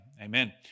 amen